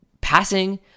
passing